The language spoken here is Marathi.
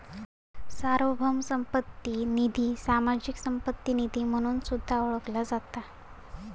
सार्वभौम संपत्ती निधी, सामाजिक संपत्ती निधी म्हणून सुद्धा ओळखला जाता